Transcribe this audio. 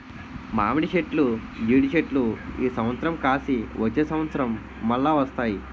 మామిడి చెట్లు జీడి చెట్లు ఈ సంవత్సరం కాసి వచ్చే సంవత్సరం మల్ల వస్తాయి